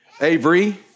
Avery